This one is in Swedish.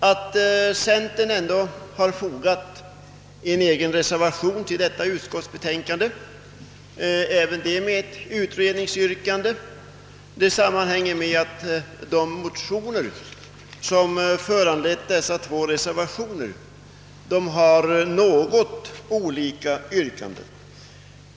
Att centerpartiet har fogat en egen reservation till detta utskottsbetänkande, även den med ett utredningsyrkande, sammanhänger med att de motioner som föranlett dessa två reservationer har något olika yrkanden.